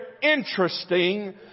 interesting